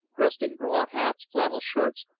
dressed in broad hats, flannel shirts,